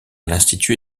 l’institut